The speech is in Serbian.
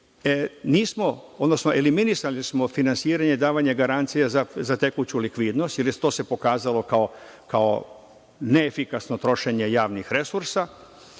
Nismo, odnosno eliminisali smo finansiranje, davanje garancija za tekuću likvidnost, jer se to pokazalo kao neefikasno trošenje javnih resursa